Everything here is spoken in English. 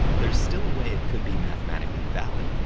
there's still a way it could be mathematically valid,